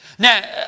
Now